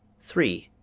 three.